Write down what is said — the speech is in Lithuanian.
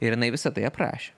ir jinai visa tai aprašė